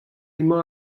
emañ